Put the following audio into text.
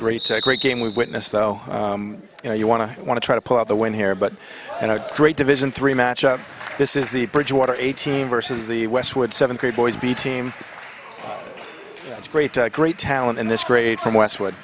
great great game we witness though you know you want to want to try to pull out the win here but in a great division three match up this is the bridgewater eighteen vs the westwood seventh grade boys b team that's great to great talent in this grade from wes wo